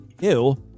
Ew